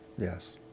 Yes